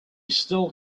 still